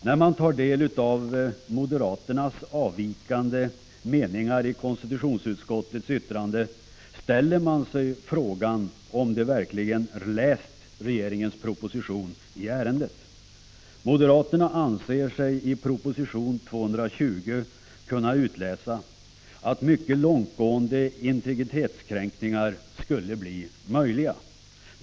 När man tar del av moderaternas avvikande meningar i konstitutionsutskottets yttrande ställer man sig frågan om de verkligen har läst regeringens proposition i ärendet. Moderaterna anser sig i proposition 220 kunna utläsa att mycket långtgående integritetskränkningar skulle bli möjliga.